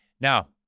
Now